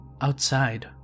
Outside